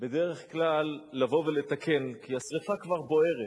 בדרך כלל לבוא ולתקן, כי השרפה כבר בוערת.